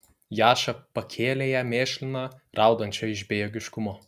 jaša pakėlė ją mėšliną raudančią iš bejėgiškumo